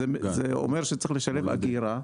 אומר שצריך לשלב אגירה.